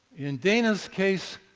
in dana's case,